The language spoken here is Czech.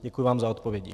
Děkuji vám za odpovědi.